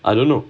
I don't know